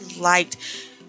liked